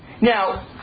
Now